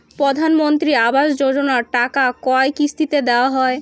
প্রধানমন্ত্রী আবাস যোজনার টাকা কয় কিস্তিতে দেওয়া হয়?